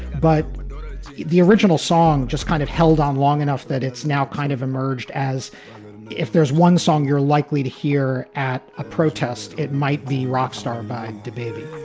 but the original song just kind of held on long enough that it's now kind of emerged as if there's one song you're likely to hear at a protest. it might be rock star by baby